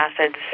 acids